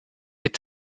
est